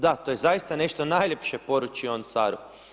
Da, to je zaista nešto najljepše, poruči on caru.